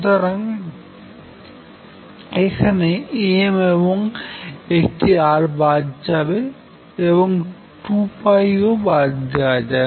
সুতরাং এখানে m এবং একটি R বাদ যাবে এবং 2 ও বাদ দেওয়া যাক